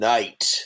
Night